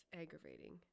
aggravating